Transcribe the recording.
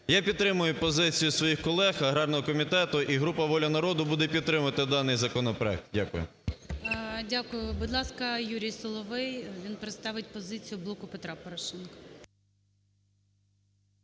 Я підтримую позицію своїх колег аграрного комітету. І група "Воля народу" буде підтримувати даний законопроект. Дякую. ГОЛОВУЮЧИЙ. Дякую. Будь ласка, Юрій Соловей. Він представить позицію "Блоку Петра Порошенка".